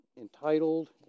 entitled